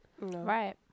Right